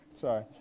sorry